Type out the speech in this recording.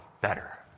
better